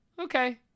Okay